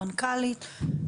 המנכ"לית.